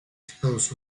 estados